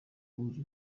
kubuza